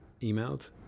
emailed